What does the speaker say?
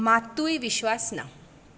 मात्तूय विश्वास ना